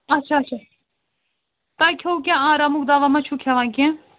اَچھا اَچھا تۄہہِ کھیٚوو کیٚنٛہہ آرامُک دوا ما چھُو کھٮ۪وان کیٚنٛہہ